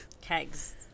Kegs